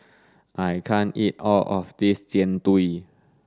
I can't eat all of this Jian Dui